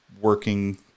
working